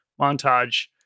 montage